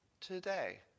Today